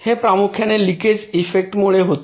हे प्रामुख्याने लिकेज इफेक्टमुळे उद्भवते